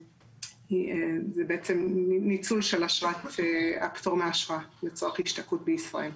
זה בעצם ניצול של הפטור מאשרה לצורך השתקעות בישראל.